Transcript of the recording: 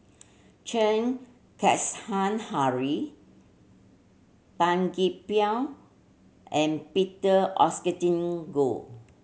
Chen Henri Tan Gee Paw and Peter Goh